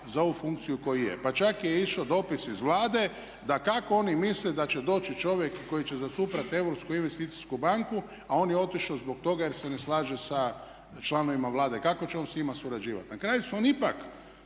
za ovu funkciju koju je. Pa čak je išao dopis iz Vlade da kako oni misle da će doći čovjek koji će zastupati Europsku investicijsku banku a on je otišao zbog toga jer se ne slaže sa članovima Vlade. Kako će on sa njima surađivati. Na kraju su oni ipak